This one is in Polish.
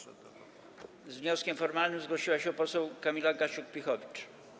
Z wnioskiem formalnym zgłosiła się poseł Kamila Gasiuk-Pihowicz.